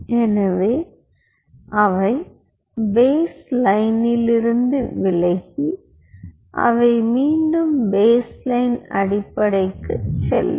எனவே அவை பேஸ் லைனிலிருந்து விலகி அவை மீண்டும் பேஸ்லைன் அடிப்படைக்குச் செல்லும்